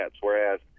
whereas